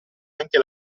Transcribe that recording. anche